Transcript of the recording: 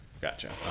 Gotcha